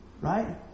right